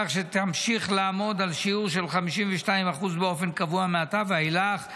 כך שתמשיך לעמוד על שיעור של 52% באופן קבוע מעתה ואילך,